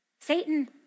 Satan